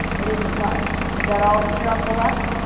it isn't much. is that all that your uncle left?